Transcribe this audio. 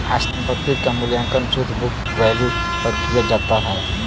स्थायी संपत्ति क मूल्यांकन शुद्ध बुक वैल्यू पर किया जाता है